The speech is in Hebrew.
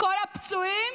כל הפצועים?